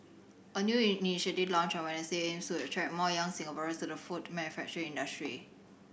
a new initiative launched on Wednesday aims to attract more young Singaporeans to the food manufacturing industry